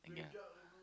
yeah